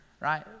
right